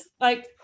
Like-